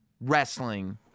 wrestling